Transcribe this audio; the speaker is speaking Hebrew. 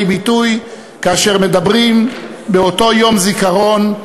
ביטוי כאשר מדברים באותו יום זיכרון,